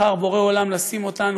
בחר בורא עולם לשים אותנו,